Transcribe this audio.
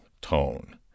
tone